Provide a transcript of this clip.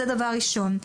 זה דבר ראשון.